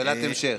שאלת המשך.